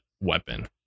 weapon